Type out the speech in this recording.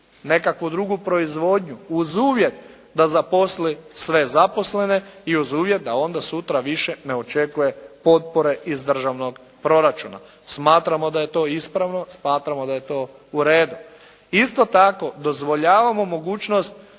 nekakvu drugu proizvodnju uz uvjet da zaposli sve zaposlene i uz uvjet da onda sutra više ne očekuje potpore iz državnog proračuna. Smatramo da je to ispravno, smatramo da je to uredu. Isto tako dozvoljavamo mogućnost